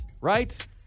Right